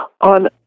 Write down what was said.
On